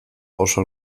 oso